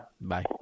bye